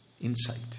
insight